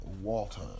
Walter